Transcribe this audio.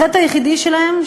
החטא היחידי שלהם,